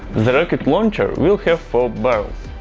the rocket launcher will have four barrels.